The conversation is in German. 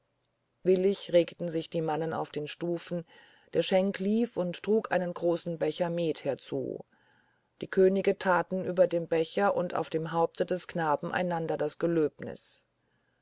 willig regten sich die mannen auf den stufen der schenk lief und trug einen großen becher met herzu die könige taten über dem becher und auf dem haupt des knaben einander das gelöbnis